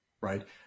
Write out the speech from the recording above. right